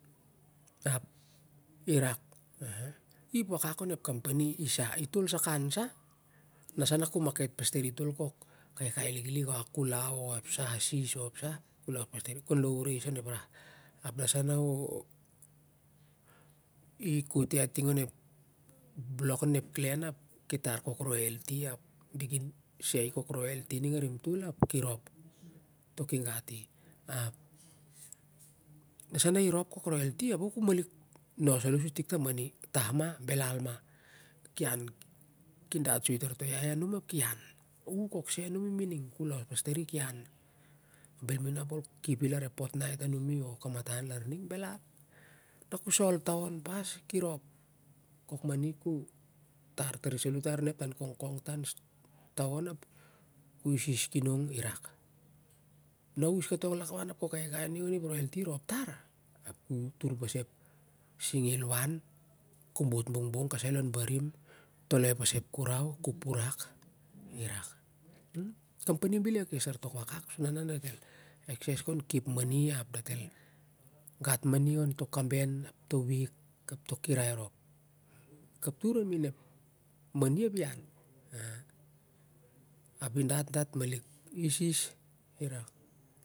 Ap irak ip wakak onep company irak itol sakan sa irak na sa ka market tar i tolsakan kok kaikai lik lik o ep kulou o a sis o ep sa kon low rais onep rah ap nasa u i koy iai ting onep bolok nun ep klen ap ki far kok roel ti ap di ki se i kok roel ti ning a nim tol ap ki rop ap amits ki gati na sa ki malik rop kok roel tin ap ka malik nos salo su tik ta mani tah mah belal ma kian soi tav ti iai a num apki an i kok se anim imining kei los pas tari bel ma inap o kep u lar ep pot nigat a numi o kamatan laining belal na ku sol taon pas ki rop kok mani ki tar tari solo anim ep tar kongkong tar taon ap ki isis kinong irak na is is katong ai lakman ap ep kaikai ning on ep roelti i rop tar ap ku tar pas ep singi a liwan kobot bongbong sai lon banim tolai pas ep kirau ki lis tau irak company bel i akes tar tok wakak suna del exes kou kep mani